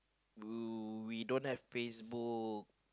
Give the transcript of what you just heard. uh we don't have Facebook